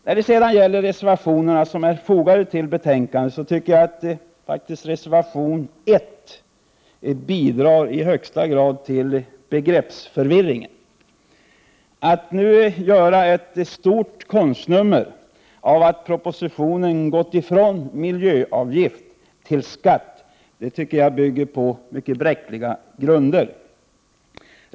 När det sedan gäller de reservationer som är fogade till betänkandet så tycker jag att reservation 1i högsta grad bidrar till begreppsförvirring. Att nu göra ett stort konstnummer av att man i propositionen gått ifrån miljöavgift och i stället infört skatt tycker jag bygger på mycket bräckliga grunder.